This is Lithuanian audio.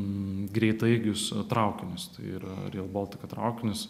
greitaeigius traukinius ir real baltika traukinius